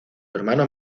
hermano